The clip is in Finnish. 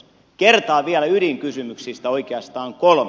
kertaan vielä ydinkysymyksistä oikeastaan kolme